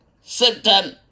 symptom